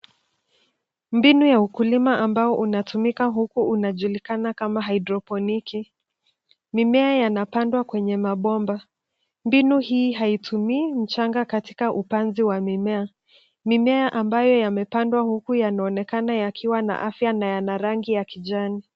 Mbinu ya ukulima amabao unatumika huku unajulikana kama haidroponiki .Mimea yanpandwa kwenye mabomba. Mbinu hii haitumii mchanga katika upanzi wa mimea. Mimea ambayo yamepandwa huku yanaonekana yakiwa na afya na yana rangi ya kijani.